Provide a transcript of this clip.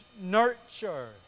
nurture